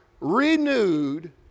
renewed